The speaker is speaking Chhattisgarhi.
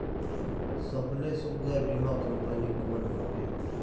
सबले सुघ्घर बीमा कंपनी कोन हवे?